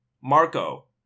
Marco